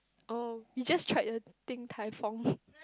oh you just try Din-Tai-Fung